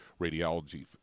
radiology